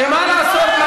שמה לעשות?